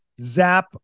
Zap